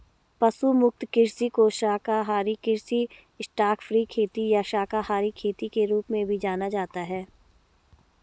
पशु मुक्त कृषि को शाकाहारी कृषि स्टॉकफ्री खेती या शाकाहारी खेती के रूप में भी जाना जाता है